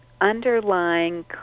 underlying